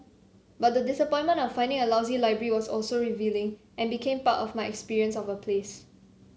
but the disappointment of finding a lousy library was also revealing and became part of my experience of a place